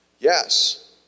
Yes